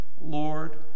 Lord